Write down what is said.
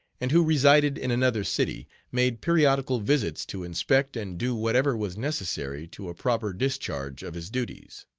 and who resided in another city, made periodical visits to inspect and do whatever was necessary to a proper discharge of his duties.